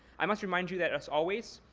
i must remind you that as always,